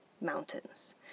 mountains